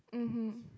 mmhmm